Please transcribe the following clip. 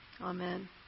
Amen